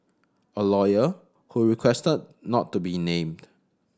a lawyer who requested not to be named